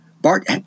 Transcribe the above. Bart